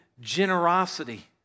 generosity